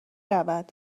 رود